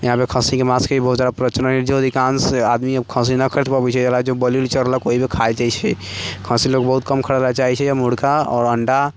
इहाँपर खस्सीके माँसके बहुत जादा प्रचलन जो अधिकांश आदमी खस्सी नहि खरीद पबै छै एकरा जो बलि उलि चढ़लक ओइमे खाइ जाइ छै खस्सी लोग बहुत कम खरीदै लऽ चाहै छै मुर्गा आओर अण्डा